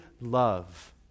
love